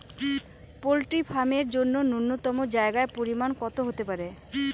Poultry farm এর জন্য নূন্যতম জায়গার পরিমাপ কত হতে পারে?